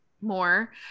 more